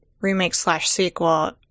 remake-slash-sequel